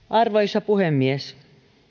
arvoisa puhemies